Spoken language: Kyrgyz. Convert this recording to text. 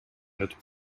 өтүп